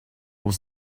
was